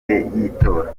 y’itora